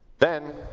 then,